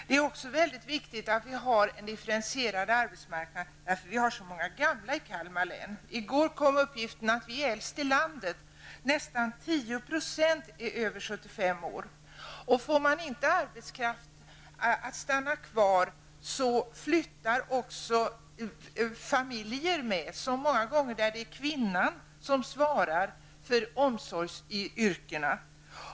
Det är också viktigt med en differentierad arbetsmarknad på grund av att vi har så många gamla i Kalmar län. I går kom uppgifter om att vi är äldst i landet -- nästan 10 % av befolkningen är över 75 år. Får man inte arbetskraften att stanna kvar, flyttar också familjer med. Många gånger är det kvinnorna som svarar för omsorgsyrkena.